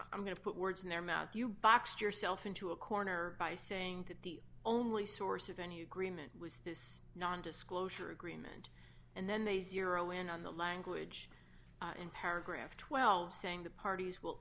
i'm going to put words in their mouth you boxed yourself into a corner by saying that the only source of any agreement was this non disclosure agreement and then they zeroed in on the language in paragraph twelve saying the parties will